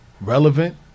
relevant